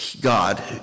God